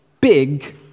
big